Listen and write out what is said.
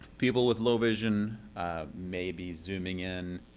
people with low vision may be zooming in.